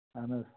اہَن حظ